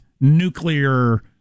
nuclear